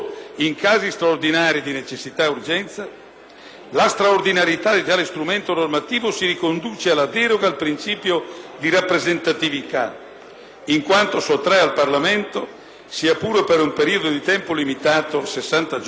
la straordinarietà di tale strumento normativo si riconduce alla deroga al principio di rappresentatività, in quanto sottrae al Parlamento, sia pure per un periodo di tempo limitato (60 giorni), l'esercizio della funzione legislativa.